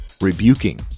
rebuking